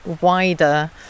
wider